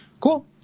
Cool